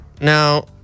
Now